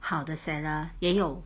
好的 seller 也有